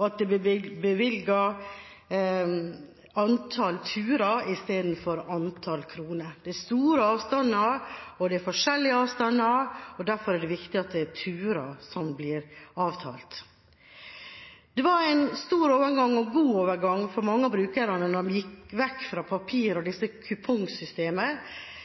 der det blir bevilget et antall turer i stedet for et antall kroner. Det er store avstander, og det er forskjellige avstander. Derfor er det viktig at det er turer som blir avtalt. Det var en stor og god overgang for mange av brukerne da man gikk fra papir- og kupongsystemet